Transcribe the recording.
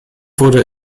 wurde